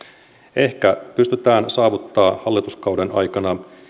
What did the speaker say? ehkä pystytään saavuttamaan hallituskauden aikana